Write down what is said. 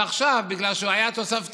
ועכשיו, בגלל שהוא היה תוספתי,